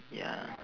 ya